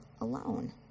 alone